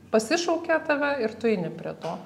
pasišaukė tave ir tu eini prie to